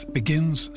begins